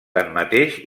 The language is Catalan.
tanmateix